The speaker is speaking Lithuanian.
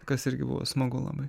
kas irgi buvo smagu labai